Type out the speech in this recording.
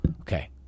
Okay